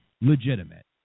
legitimate